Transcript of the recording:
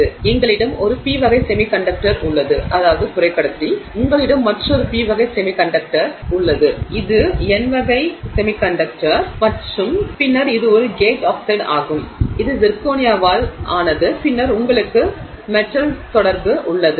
எனவே எங்களிடம் ஒரு p வகை செமிகண்டக்டர் உள்ளது உங்களிடம் மற்றொரு p வகை செமிகண்டக்டர் உள்ளது இது n வகை மற்றும் பின்னர் இது ஒரு கேட் ஆக்சைடு ஆகும் இது சிர்கோனியாவால் ஆனது பின்னர் உங்களுக்கு மெட்டல் தொடர்பு உள்ளது